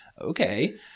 okay